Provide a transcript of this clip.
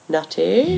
Nutty